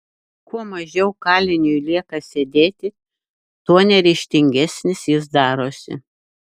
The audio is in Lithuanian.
kuo mažiau kaliniui lieka sėdėti tuo neryžtingesnis jis darosi